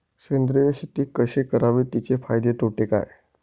सेंद्रिय शेती कशी करावी? तिचे फायदे तोटे काय?